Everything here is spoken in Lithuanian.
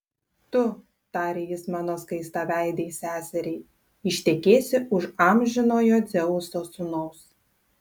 tu tarė jis mano skaistaveidei seseriai ištekėsi už amžinojo dzeuso sūnaus